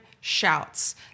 shouts